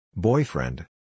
Boyfriend